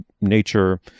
nature